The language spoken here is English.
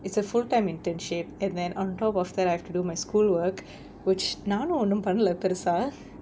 it's a full time internship and then on top of that I have to do my school work which நானும் ஒன்னும் பண்ணல பெருசா:naanum onnum pannala perusaa